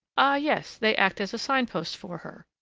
ah, yes! they act as a sign-post for her!